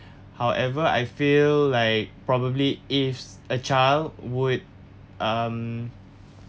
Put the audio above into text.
however I feel like probably ifs a child would um